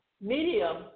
Medium